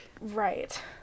right